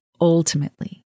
ultimately